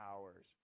hours